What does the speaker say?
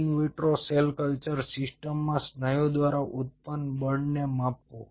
in vitro cell culture સિસ્ટમમાં સ્નાયુ દ્વારા ઉત્પન્ન બળને માપવું